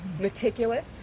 meticulous